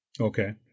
Okay